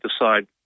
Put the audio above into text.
decide